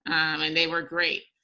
and they were great.